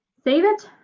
save it.